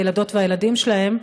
הילדות והילדים שלהם,